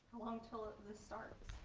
long till it starts?